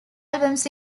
albums